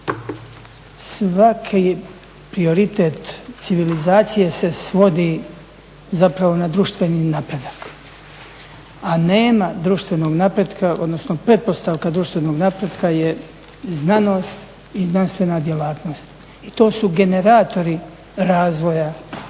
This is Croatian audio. Svaki prioritet civilizacije se svodi zapravo na društveni napredak, a nema društvenog napretka, odnosno pretpostavka društvenog napretka je znanost i znanstvena djelatnosti. I to su generatori razvoja